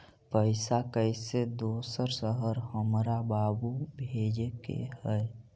पैसा कैसै दोसर शहर हमरा बाबू भेजे के है?